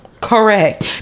correct